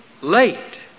late